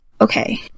okay